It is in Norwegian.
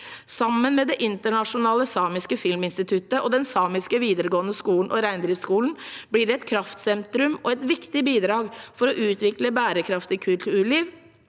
Sammen med det internasjonale samiske filminstituttet, den samiske videregående skolen og reindriftsskolen blir det et kraftsentrum og et viktig bidrag for å utvikle bærekraftig kulturliv,